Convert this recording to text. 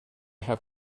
have